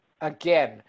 again